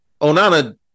Onana